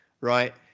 right